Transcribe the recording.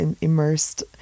immersed